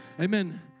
Amen